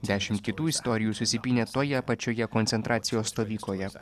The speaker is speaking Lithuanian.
dešimt kitų istorijų susipynė toje pačioje koncentracijos stovykloje